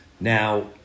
Now